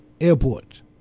airport